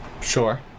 Sure